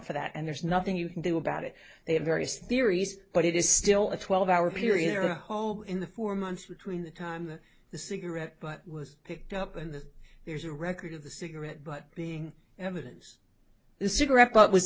for that and there's nothing you can do about it they have various theories but it is still a twelve hour period there are a hole in the four months between the time that the cigarette butt was picked up and that there's a record of the cigarette butt being evidence the cigarette